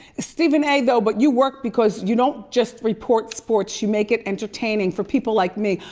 stephen a, though, but you work because you don't just report sports, you make it entertaining for people like me.